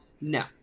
no